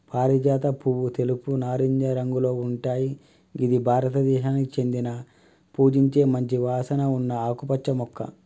పారిజాత పువ్వు తెలుపు, నారింజ రంగులో ఉంటయ్ గిది భారతదేశానికి చెందిన పూజించే మంచి వాసన ఉన్న ఆకుపచ్చ మొక్క